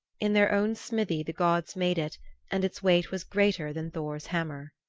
in their own smithy the gods made it and its weight was greater than thor's hammer.